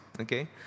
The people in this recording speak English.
okay